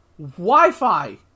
Wi-Fi